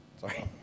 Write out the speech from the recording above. Sorry